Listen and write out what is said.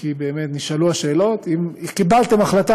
כי באמת נשאלו השאלות: אם קיבלתם החלטה,